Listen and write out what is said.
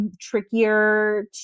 trickier